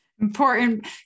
Important